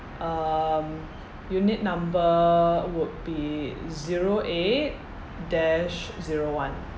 um unit number would be zero eight dash zero one